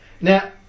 Now